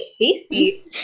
casey